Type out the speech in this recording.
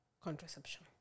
contraception